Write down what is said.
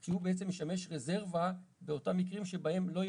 שהוא בעצם משמש רזרבה לאותם מקרים שבהם לא יהיה